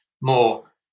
more